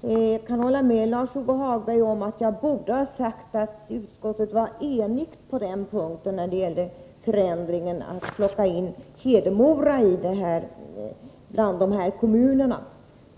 Jag kan hålla med Lars-Ove Hagberg om att jag borde ha sagt att utskottet var enigt när det gällde förändringen att plocka in Hedemora bland de ifrågavarande kommunerna.